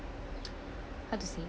how to say